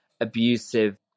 abusive